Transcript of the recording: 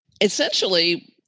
Essentially